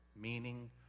meaning